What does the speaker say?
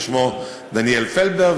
שמו דוד פלבר,